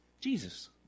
Jesus